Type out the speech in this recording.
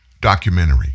documentary